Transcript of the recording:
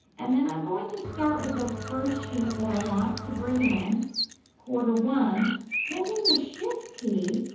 and then i'm going to start with the first sheet that i want to bring in quarter one holding the shift key.